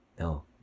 No